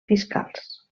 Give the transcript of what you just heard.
fiscals